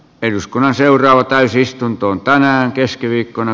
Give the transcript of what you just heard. eduskunnan seuraava täysistunto on tänään keskiviikkona